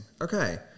okay